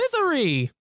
Misery